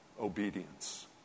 obedience